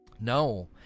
no